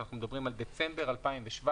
דהיינו מדצמבר 2017,